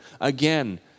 Again